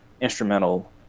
instrumental